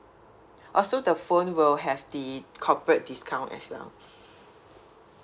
oh so the phone will have the corporate discount as well